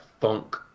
funk